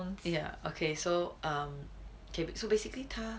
ya okay so um okay so basically 他